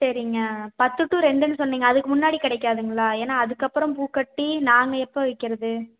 சரிங்க பத்து டு ரெண்டுன்னு சொன்னீங்க அதுக்கு முன்னாடி கிடைக்காதுங்களா ஏன்னா அதுக்கப்புறம் பூ கட்டி நாங்கள் எப்போ விற்கிறது